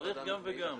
צריך גם וגם.